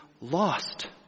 lost